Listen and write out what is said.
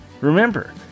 Remember